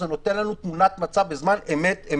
זה נותן לנו תמונת מצב בזמן אמת.